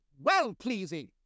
well-pleasing